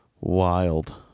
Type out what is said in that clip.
Wild